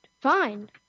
Fine